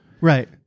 Right